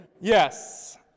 Yes